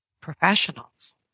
professionals